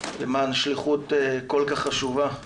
למען שליחות כל כך חשובה,